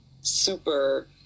super